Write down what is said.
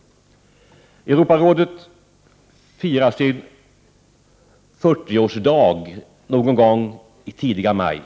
Europarådet firar sin 40-årsdag någon gång i tidiga maj.